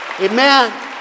Amen